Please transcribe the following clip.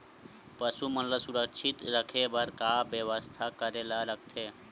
पशु मन ल सुरक्षित रखे बर का बेवस्था करेला लगथे?